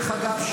דרך אגב,